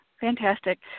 Fantastic